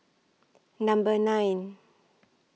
Number nine